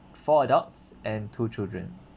four adults and two children